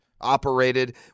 operated